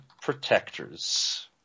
Protectors